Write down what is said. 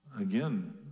Again